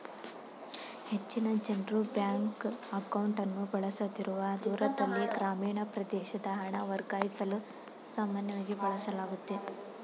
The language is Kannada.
ಹೆಚ್ಚಿನ ಜನ್ರು ಬ್ಯಾಂಕ್ ಅಕೌಂಟ್ಅನ್ನು ಬಳಸದಿರುವ ದೂರದಲ್ಲಿ ಗ್ರಾಮೀಣ ಪ್ರದೇಶದ ಹಣ ವರ್ಗಾಯಿಸಲು ಸಾಮಾನ್ಯವಾಗಿ ಬಳಸಲಾಗುತ್ತೆ